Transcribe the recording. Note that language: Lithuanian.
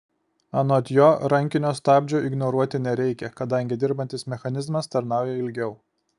anot jo rankinio stabdžio ignoruoti nereikia kadangi dirbantis mechanizmas tarnauja ilgiau